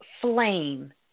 flame